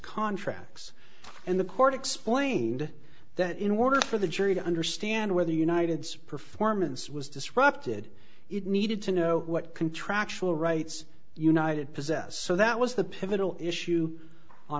contracts and the court explained that in order for the jury to understand whether united's performance was disrupted it needed to know what contractual rights united possessed so that was the pivotal issue on